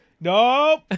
nope